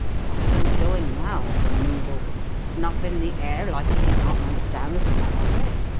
what's un doin' now, the noodle snuffin' the air like he did not understand the smell of it!